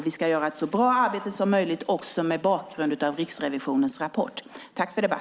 Vi ska göra ett så bra arbete som möjligt, också mot bakgrund av Riksrevisionens rapport.